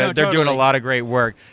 so they're doing a lot of great work.